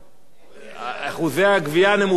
אחוזי הגבייה נמוכים ביותר, אז,